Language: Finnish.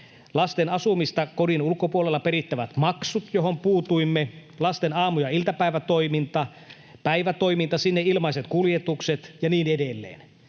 lasten asumisesta kodin ulkopuolella perittävät maksut, joihin puutuimme, lasten aamu- ja iltapäivätoiminta, päivätoiminta, sinne ilmaiset kuljetukset, ja niin edelleen.